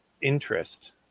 interest